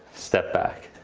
step back.